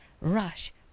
rush